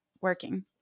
working